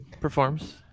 performs